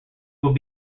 would